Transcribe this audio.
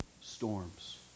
storms